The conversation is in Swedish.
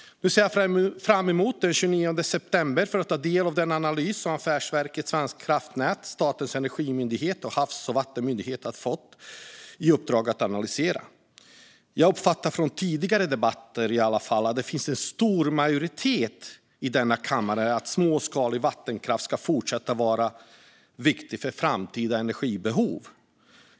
Nu ser jag fram emot att den 29 september få ta del av den analys som Affärsverket svenska kraftnät, Statens energimyndighet och Havs och vattenmyndigheten fått i uppdrag att göra. Jag uppfattar från tidigare debatter att det finns en stor majoritet i denna kammare för att den småskaliga vattenkraften ska ha en viktig roll för att tillgodose även framtida energibehov.